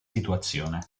situazione